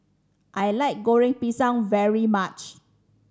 I like Goreng Pisang very much